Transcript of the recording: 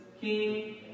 King